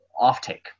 offtake